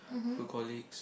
good colleagues